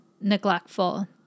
neglectful